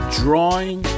drawing